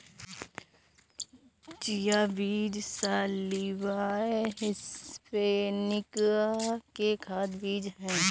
chia बीज Salvia hispanica के खाद्य बीज हैं